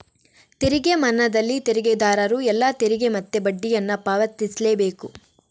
ತೆರಿಗೆ ಮನ್ನಾದಲ್ಲಿ ತೆರಿಗೆದಾರರು ಎಲ್ಲಾ ತೆರಿಗೆ ಮತ್ತೆ ಬಡ್ಡಿಯನ್ನ ಪಾವತಿಸ್ಲೇ ಬೇಕು